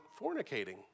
fornicating